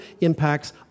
impacts